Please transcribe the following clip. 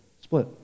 split